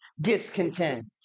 discontent